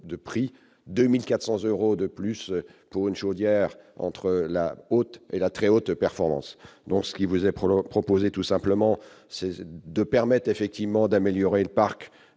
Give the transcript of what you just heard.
de prix 2400 euros de plus pour une chaudière entre la haute et la très haute performance, donc ce qui vous est propre proposé tout simplement c'est de permettent effectivement d'améliorer le parc